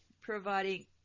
providing